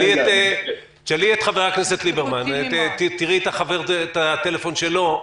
תשאלי את חבר הכנסת ליברמן, תראי את הטלפון שלו,